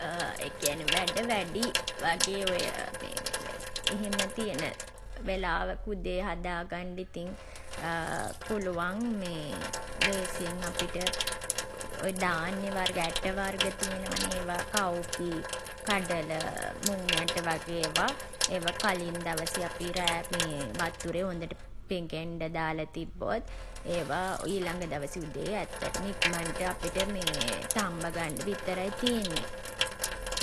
වැඩ වැඩි වගේ ඔය එහෙම තියෙන වෙලාවක උදේ හදාගන්ඩ ඉතින් පුළුවන් ලේසියෙන් අපිට ඔය ධාන්‍ය වර්ග ඇට වර්ග තියෙනවා නේ ඒවා කව්පි, කඩල, මුං ඇට වගේ ඒවා ඒවා කලින් දවසේ අපි රෑ වතුරේ හොඳට පෙගෙන්න දාලා තිබ්බොත් ඒවා ඊළඟ දවසේ උදේ ඇත්තටම ඉක්මන්ට අපිට මේ තම්බ ගන්ඩ විතරයි තියෙන්නේ.